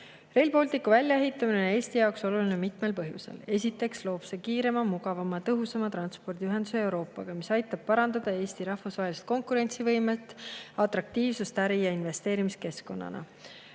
Rail Balticu väljaehitamine on Eesti jaoks oluline mitmel põhjusel. Esiteks loob see kiirema, mugavama, tõhusama transpordiühenduse Euroopaga, mis aitab parandada Eesti rahvusvahelist konkurentsivõimet ning atraktiivsust äri- ja investeerimiskeskkonnana.